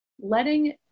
letting